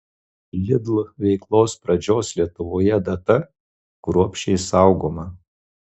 lidl veiklos pradžios lietuvoje data kruopščiai saugoma